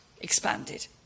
expanded